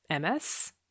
MS